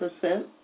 percent